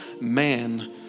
man